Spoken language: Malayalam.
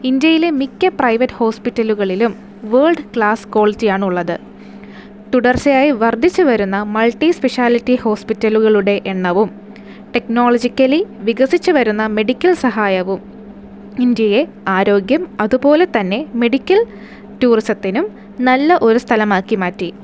ഇന്ത്യയിലെ മിക്ക പ്രൈവറ്റ് ഹോസ്പിറ്റലുകളിലും വേൾഡ് ക്ലാസ് ക്വാളിറ്റിയാണുള്ളത് തുടർച്ചയായി വര്ദ്ധിച്ച് വരുന്ന മൾട്ടി സ്പെഷ്യാലിറ്റി ഹോസ്പിറ്റലുകളുടെ എണ്ണവും ടെക്നോളജിക്കലി വികസിച്ച് വെരുന്ന മെഡിക്കൽ സഹായവും ഇന്ത്യയെ ആരോഗ്യം അതുപോലെതന്നെ മെഡിക്കൽ ടൂറിസത്തിനും നല്ല ഒരു സ്ഥലമാക്കി മാറ്റി